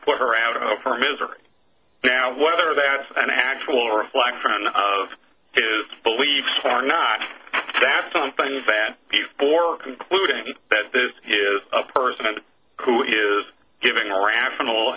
put her out of her misery now whether that's an actual reflection of his beliefs or not that something bad before concluding that this is a person and who is giving rational